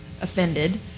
offended